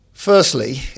Firstly